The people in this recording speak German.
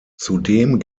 zudem